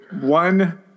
one